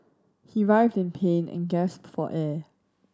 he writhed in pain and gasped for air